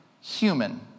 human